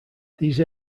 these